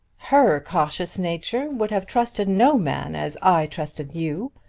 her cautious nature would have trusted no man as i trusted you.